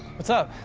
what's up?